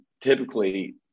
typically